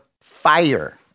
fire